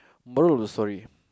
moral of the story